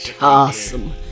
awesome